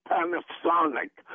Panasonic